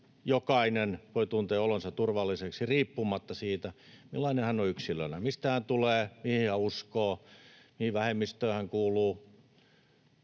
jokainen voi tuntea olonsa turvalliseksi riippumatta siitä, millainen hän on yksilönä, mistä hän tulee, mihin hän uskoo, mihin vähemmistöön hän kuuluu,